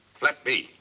flat b